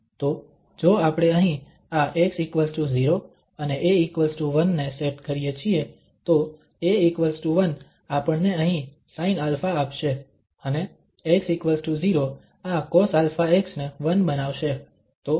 તો જો આપણે અહીં આ x0 અને a1 ને સેટ કરીએ છીએ તો a1 આપણને અહીં sinα આપશે અને x0 આ cosαx ને 1 બનાવશે